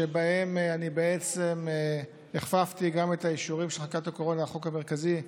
שבהם אני בעצם הכפפתי גם את האישורים של חקיקת הקורונה בחוק המרכזי,